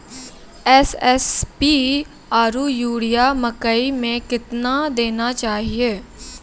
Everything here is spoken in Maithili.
एस.एस.पी आरु यूरिया मकई मे कितना देना चाहिए?